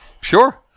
Sure